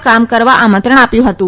માં કામ કરવા આમંત્રણ આપ્યું હતું